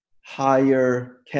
higher